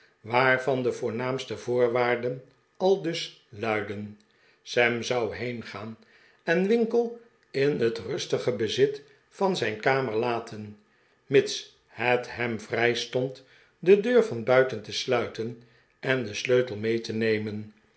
waarvan de voornaamste voorwaarden aldus luidden sam zou heengaan en winkle in het rustige bezitvan zijn kamer laten mits het hem vrijstond de deur van buiten te sluiten en den sleutel mee te nemen